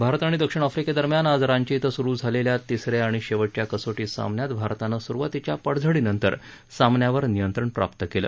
भारत आणि दक्षिण आफ्रिकेदरम्यान आज रांची इथं सुरु झालेल्या तिस या आणि शेवटच्या कसोटी सामन्यात भारतानं सुरुवातीच्या पडझडीनंतर सामन्यांवर नियंत्रण प्राप्त केलं